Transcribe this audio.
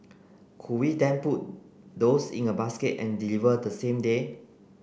could we then put those in a basket and deliver the same day